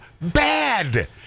bad